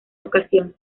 ocasión